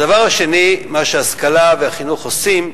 הדבר השני, מה שההשכלה והחינוך עושים,